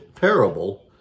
parable